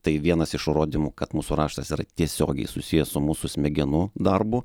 tai vienas iš įrodymų kad mūsų raštas yra tiesiogiai susijęs su mūsų smegenų darbu